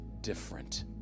different